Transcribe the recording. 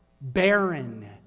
barren